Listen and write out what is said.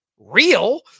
Real